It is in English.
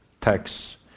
tax